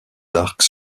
arcs